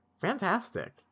fantastic